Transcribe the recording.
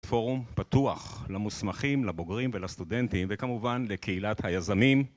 פורום פתוח למוסמכים, לבוגרים ולסטודנטים וכמובן לקהילת היזמים